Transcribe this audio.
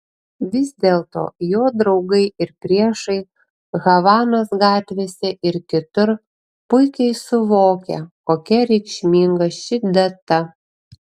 vis dėlto jo draugai ir priešai havanos gatvėse ir kitur puikiai suvokia kokia reikšminga ši data